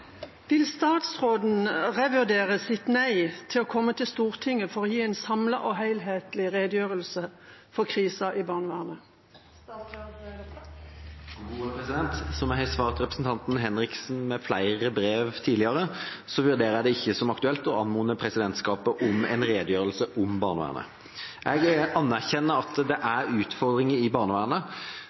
statsråden revurdere sitt nei til å komme til Stortinget for å gi en samlet og helhetlig redegjørelse for hele krisa i barnevernet?» Som jeg har svart representanten Henriksen gjennom flere brev tidligere, vurderer jeg det ikke som aktuelt å anmode presidentskapet om å gi en redegjørelse om barnevernet. Jeg anerkjenner at det er utfordringer i barnevernet,